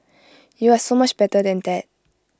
you are so much better than that